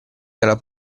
dalla